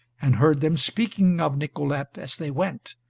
and heard them speaking of nicolete as they went,